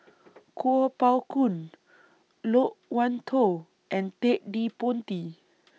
Kuo Pao Kun Loke Wan Tho and Ted De Ponti